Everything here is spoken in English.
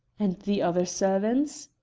and the other servants?